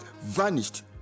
vanished